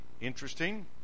interesting